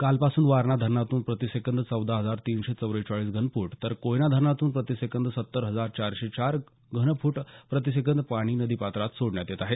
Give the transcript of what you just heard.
कालपासून वारणा धरणातून प्रती सेकंद चौदा हजार तिनशे चव्वेचाळीस घनफूट तर कोयना धरणातून प्रती सेकंद सत्तर हजार चारशे चार घनफूट पाणी नदी पात्रात सोडण्यात येत आहे